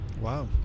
wow